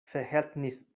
verhältnis